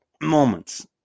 moments